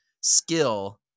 skill